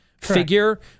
figure